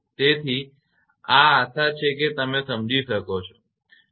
તેથી આ આશા છે કે તમે સમજી શકો છો બરાબર